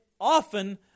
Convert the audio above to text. often